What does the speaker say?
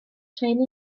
trên